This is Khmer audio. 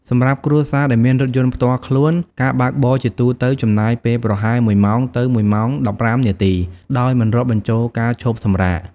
សម្រាប់គ្រួសារដែលមានរថយន្តផ្ទាល់ខ្លួន ការបើកបរជាទូទៅចំណាយពេលប្រហែល ១ ម៉ោងទៅ ១ ម៉ោង ១៥ នាទី ដោយមិនរាប់បញ្ចូលការឈប់សម្រាក។